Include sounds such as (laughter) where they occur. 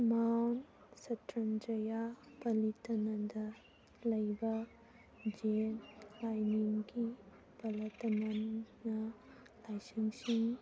ꯃꯥ ꯁꯇ꯭ꯔꯤꯟꯖꯌꯥ ꯄꯅꯤꯇꯅꯟꯗ ꯂꯩꯕ ꯖꯦꯟ ꯂꯥꯏꯅꯤꯡꯒꯤ (unintelligible) ꯂꯥꯏꯁꯡꯁꯤꯡ